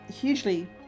hugely